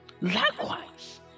likewise